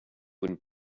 when